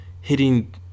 hitting